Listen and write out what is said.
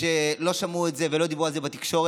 לא שמעו את זה ולא דיברו על זה בתקשורת.